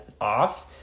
off